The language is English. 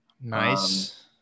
Nice